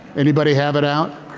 anybody have it out?